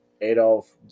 Adolf